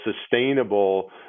sustainable